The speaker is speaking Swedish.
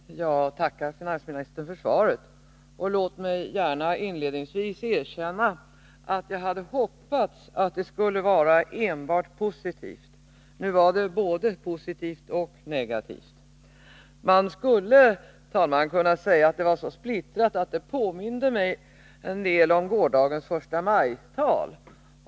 Herr talman! Jag tackar finansministern för svaret. Låt mig gärna inledningsvis erkänna att jag hade hoppats att svaret skulle vara enbart positivt. Nu var det både positivt och negativt. Man skulle, herr talman, kunna säga att det var så splittrat att det påminde mig en del om gårdagens förstamajtal.